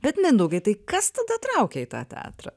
bet mindaugai tai kas tada traukia į tą teatrą